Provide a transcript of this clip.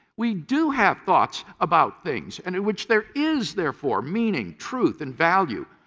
we do have thoughts about things, and in which there is therefore meaning, truth, and value.